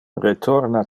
retorna